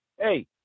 Hey